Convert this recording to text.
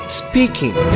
speaking